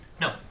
no